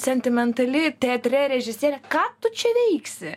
sentimentali teatre režisierė ką tu čia veiksi